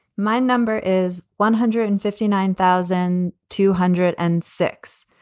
my number is one hundred and fifty nine thousand two hundred and six.